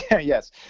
Yes